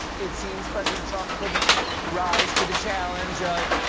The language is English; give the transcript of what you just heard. it seems president trump couldn't rise to the challenge of